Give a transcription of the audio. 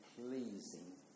pleasing